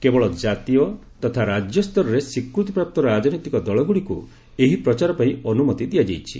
କେବଳ କାତୀୟ ତଥା ରାଜ୍ୟ ସ୍ତରରେ ସ୍ୱୀକୃତିପ୍ରାପ୍ତ ରାଜନୈତିକ ଦଳଗୁଡ଼ିକୁ ଏହି ପ୍ରଚାର ପାଇଁ ଅନୁମତି ଦିଆଯାଇଛି